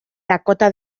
dakota